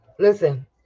Listen